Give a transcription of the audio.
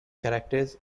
characters